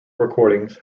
recordings